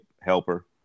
helper